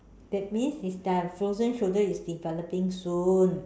that means is that frozen shoulders is developing soon